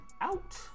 out